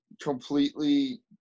completely –